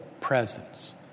presence